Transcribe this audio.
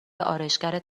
آرایشگرت